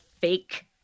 fake